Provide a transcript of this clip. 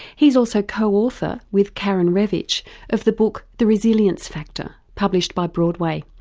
he's also co-author with karen reivich of the book the resilience factor published by broadway.